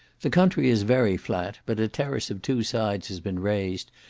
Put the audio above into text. the country is very flat, but a terrace of two sides has been raised,